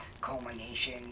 culmination